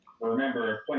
remember